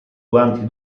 guanti